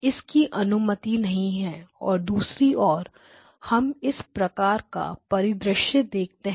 इसकी अनुमति नहीं है और दूसरी और हम इस प्रकार का परिदृश्य देखते हैं